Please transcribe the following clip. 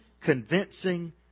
convincing